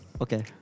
Okay